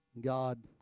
God